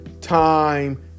time